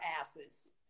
asses